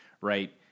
right